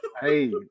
Hey